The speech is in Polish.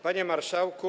Panie Marszałku!